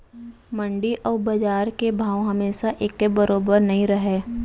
मंडी अउ बजार के भाव हमेसा एके बरोबर नइ रहय